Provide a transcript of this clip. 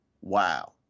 wow